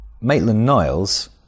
Maitland-Niles